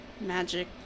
magic